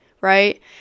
right